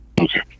Okay